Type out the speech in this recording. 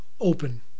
Open